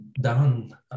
down